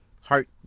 heart